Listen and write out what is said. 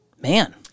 man